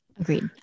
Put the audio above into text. Agreed